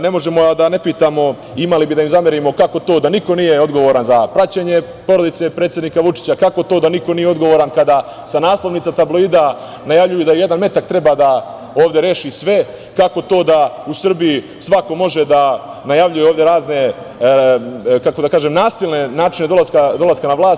Ne možemo, a da ne pitamo, imali bi da im zamerimo kako to da niko nije odgovoran za praćenje porodice predsednika Vučića, kako to da niko nije odgovoran kada sa naslovnica tabloida najavljuju da jedan metak treba da ovde reši sve, kako to da u Srbiji svako može da najavljuje ovde razne, nasilne načine dolaska na vlast.